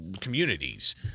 communities